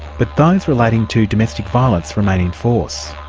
but those relating to domestic violence remain in force.